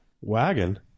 Wagon